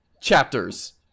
chapters